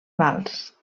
vals